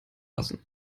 lassen